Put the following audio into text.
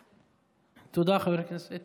תודה, חבר הכנסת